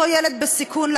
אותו ילד בסיכון,